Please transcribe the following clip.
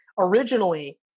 Originally